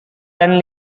dan